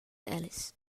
alice